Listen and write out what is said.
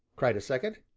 cried a second.